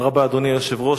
אדוני היושב-ראש,